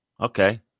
Okay